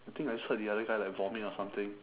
I think I saw the other guy like vomit or something